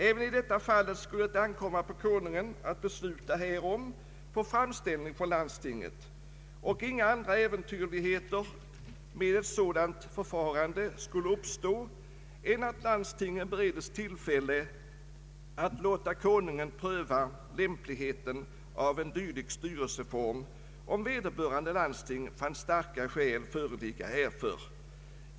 Även i det fallet skulle det ankomma på Konungen att besluta härom på framställning från landstinget, och inga andra äventyrligheter med ett sådant förfarande skulle uppstå än att landstingen bereddes tillfälle att låta Konungen pröva lämpligheten av en dylik styrelseform, om vederbörande landsting fann starka skäl föreligga härför.